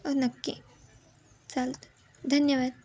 नक्की चालत धन्यवाद